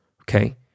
Okay